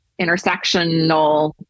intersectional